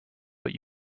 but